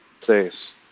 place